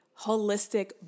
holistic